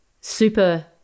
super